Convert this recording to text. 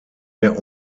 der